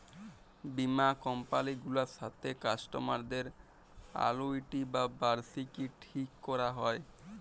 বীমা কমপালি গুলার সাথে কাস্টমারদের আলুইটি বা বার্ষিকী ঠিক ক্যরা হ্যয়